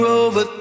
over